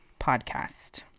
podcast